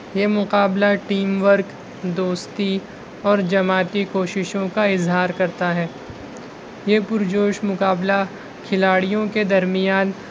یہ مقابلہ team work دوستی اور جماعتی کوششوں کا اظہار کرتا ہے یہ پرجوش مقابلہ کھلاڑیوں کے درمیان